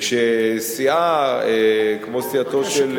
כשסיעה כמו סיעתו של,